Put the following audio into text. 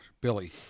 Billy